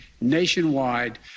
nationwide